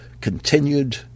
continued